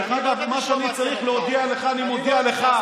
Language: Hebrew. דרך אגב, מה שאני צריך להודיע לך אני מודיע לך.